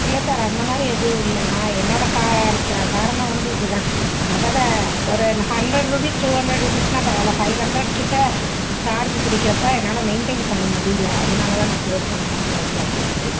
இல்லை சார் அந்தமாதிரி எதுவும் இல்லை நான் என்னோடய கா காரணம் வந்து இதுதான் அதைதான் ஒரு ஹண்ட்ரட் ருப்பீஸ் டூ ஹண்ட்ரட் ருப்பீஸ்னால் பரவாயில்லை ஃபைவ் ஹண்ட்ரட்கிட்ட சார்ஜு பிடிக்கிறப்ப என்னால் மெயின்டெயின் பண்ண முடியல அதனாலதான் நான் க்ளோஸ் பண்ணணுன்ற ஐடியாவுக்கே வந்தேன்